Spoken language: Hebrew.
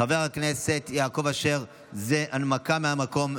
חבר הכנסת יעקב אשר, זו הנמקה מהמקום.